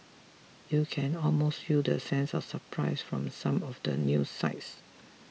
you can almost feel the sense of surprise from some of the news sites